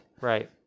Right